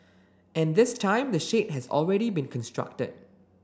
and this time the shade has already been constructed